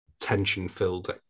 tension-filled